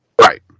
Right